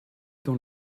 dans